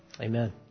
Amen